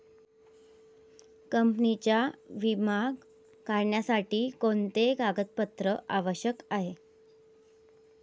कंपनीचा विमा काढण्यासाठी कोणते कागदपत्रे आवश्यक आहे?